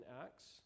Acts